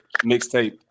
mixtape